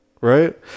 right